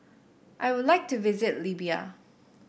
I would like to visit Libya